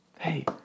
Hey